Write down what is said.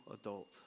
adult